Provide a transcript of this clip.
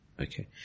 Okay